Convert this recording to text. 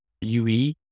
UE